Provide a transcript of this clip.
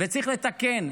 וצריך לתקן,